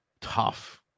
tough